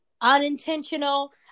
unintentional